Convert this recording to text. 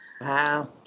Wow